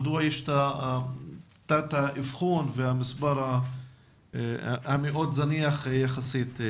מדוע יש את תת האבחון והמספר המאוד זניח יחסית.